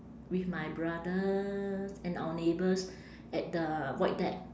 with my brothers and our neighbours at the void deck